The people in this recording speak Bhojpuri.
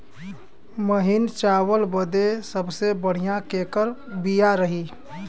महीन चावल बदे सबसे बढ़िया केकर बिया रही?